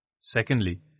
Secondly